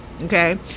Okay